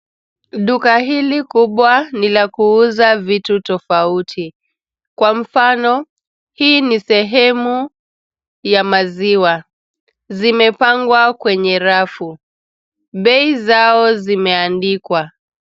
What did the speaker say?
Duka hili kubwa ni la kuuza vitu tofauti. Kwa mfano, hii ni sehemu ya maziwa. Zimepanwa kwenye rafu. Bei zao zimeandikwa.